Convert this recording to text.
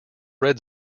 red